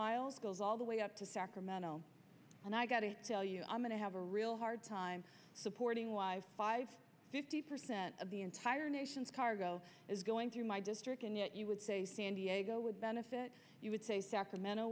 miles goes all the way up to sacramento and i got to tell you i'm going to have a real hard time supporting why five percent of the entire nation's cargo is going through my district and yet you would say san diego would benefit you would say sacramento